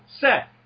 set